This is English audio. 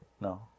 No